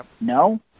No